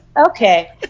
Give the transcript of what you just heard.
okay